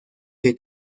que